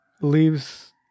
leaves